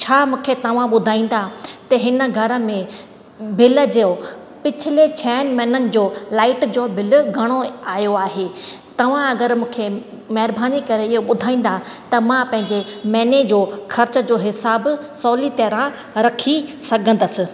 छा मूंखे तव्हां ॿुधाईंदा त हिन घर में बिल जो पिछले छह महिननि जो लाईट जो बिल घणो आयो आहे तव्हां महिरबानी करे इहो ॿुधाईंदा त मां पंहिंजे महिने जो ख़र्च जो हिसाबु सवली तरह रखी सघंदसि